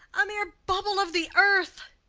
a mere bubble of the earth.